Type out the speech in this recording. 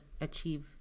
achieve